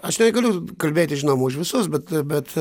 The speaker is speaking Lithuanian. aš negaliu kalbėti žinoma už visus bet bet